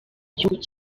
gihugu